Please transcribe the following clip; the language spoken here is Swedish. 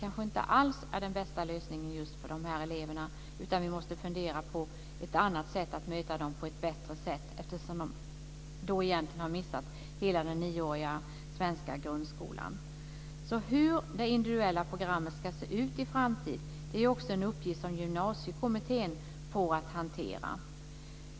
Vi måste fundera över ett annat bättre sätt att möta dem, eftersom de har missat hela den nioåriga svenska grundskolan. Hur det individuella programmet ska se ut i en framtid är också en uppgift som Gymnasiekommittén får att hantera.